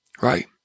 right